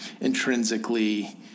intrinsically